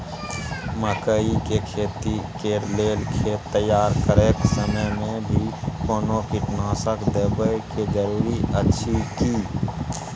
मकई के खेती कैर लेल खेत तैयार करैक समय मे भी कोनो कीटनासक देबै के जरूरी अछि की?